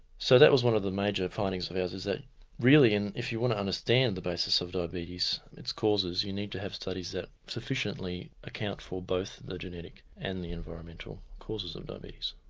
so that was one of the major findings of ours is that really, and if you want to understand the basis of diabetes and its causes, you need to have studies that sufficiently account for both the genetic and the environmental causes of diabetes.